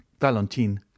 Valentine